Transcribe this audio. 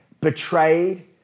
betrayed